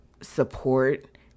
support